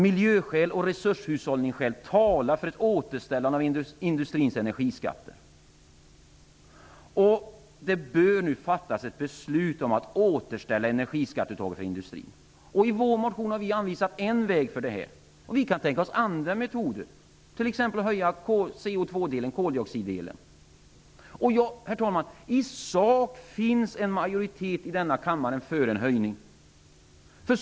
Miljöskäl och resurshushållningsskäl talar för ett återställande av industrins energiskatter. Det bör nu fattas ett beslut om att återställa energiskatteuttaget för industrin. I vår motion har vi anvisat en väg härför. Vi kan också tänka oss andra metoder, t.ex. att höja koldioxidskatten. I sak finns det en majoritet i denna kammare för en höjning.